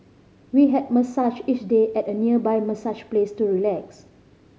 we had massages each day at a nearby massage place to relax